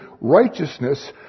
righteousness